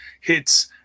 hits